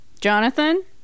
jonathan